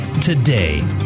today